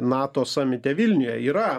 nato samite vilniuje yra